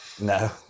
No